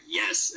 yes